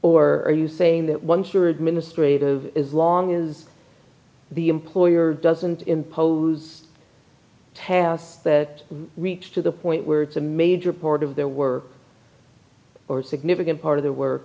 or are you saying that once you're administrative is long is the employer doesn't impose tasks that reach to the point where it's a major port of their work or significant part of the we're